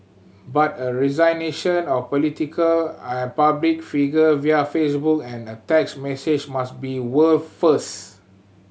but a resignation of politician and public figure via Facebook and a text message must be world first